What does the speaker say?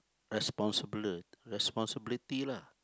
responsible responsibility lah